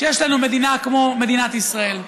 כשיש לנו מדינה כמו מדינת ישראל,